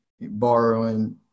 borrowing